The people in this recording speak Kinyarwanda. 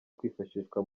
kwifashishwa